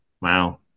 Wow